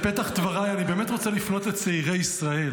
בפתח דבריי אני באמת רוצה לפנות לצעירי ישראל